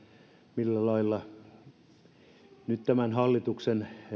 millä lailla nyt tämän hallituksen